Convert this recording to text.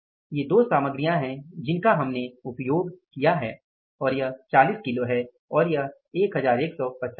ये दो सामग्रियां हैं जिनका हमने उपयोग किया है और यह 40 किलो है और 1150 है